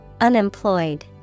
Unemployed